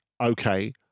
okay